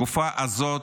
בתקופה הזאת,